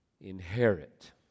inherit